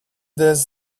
these